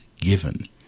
given